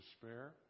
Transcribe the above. despair